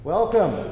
Welcome